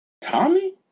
Tommy